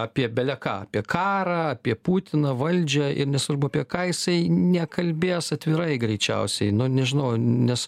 apie bele ką apie karą apie putiną valdžią ir nesvarbu apie ką jisai nekalbės atvirai greičiausiai nu nežinau nes